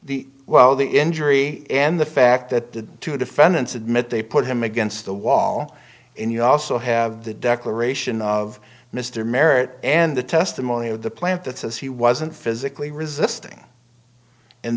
the well the injury and the fact that the two defendants admit they put him against the wall and you also have the declaration of mr merrett and the testimony of the plant that says he wasn't physically resisting and